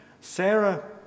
Sarah